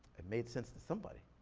it made sense to somebody.